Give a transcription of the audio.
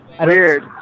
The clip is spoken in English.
Weird